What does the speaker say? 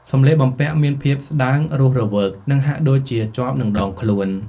សម្លៀកបំពាក់មានភាព ស្តើង រស់រវើក និងហាក់ដូចជាជាប់នឹងដងខ្លួន។